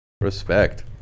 respect